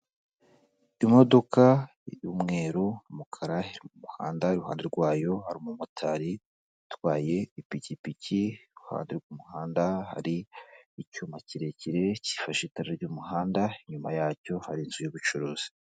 Imodoka y'umweru n'umukara, iri mu muhanda, iruhande rwayo hari umumotari utwaye ipikipiki, iruhande rw'umuhanda hari icyuma kirekire gifashe itara ry'umuhanda, inyuma yacyo hari inzu y'ubucuruzi.